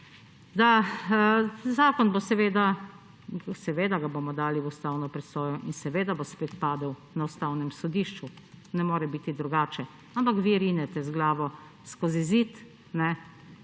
Zakon, seveda ga bomo dali v ustavno presojo in seveda bo spet padel na Ustavnem sodišču, ne more biti drugače; ampak vi rinete z glavo skozi zid